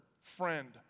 friend